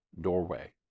doorway